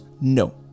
no